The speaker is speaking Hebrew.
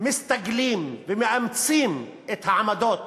מסתגלים ומאמצים את העמדות